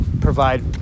provide